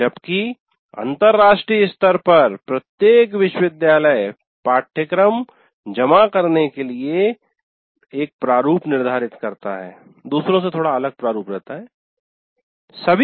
जबकि अंतरराष्ट्रीय स्तर पर प्रत्येक विश्वविद्यालय पाठ्यक्रम दूसरे से थोड़ा अलग प्रारूप जमा करने के लिए एक प्रारूप निर्धारित करता है